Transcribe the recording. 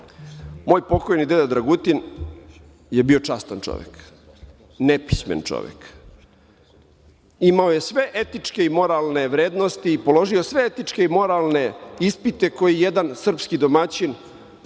pokojni deda Dragutin je bio častan čovek, nepismen čovek. Imao je sve etičke i moralne vrednosti i položio sve etičke i moralne ispite koje jedan srpski domaćin